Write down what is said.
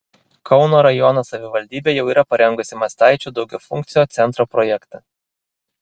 kauno rajono savivaldybė jau yra parengusi mastaičių daugiafunkcio centro projektą